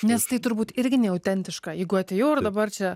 nes tai turbūt irgi neautentiška jeigu atėjau ir dabar čia